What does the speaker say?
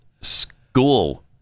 school